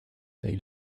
they